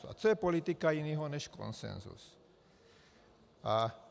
A co je politika jiného než konsenzus?